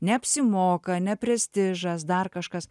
neapsimoka ne prestižas dar kažkas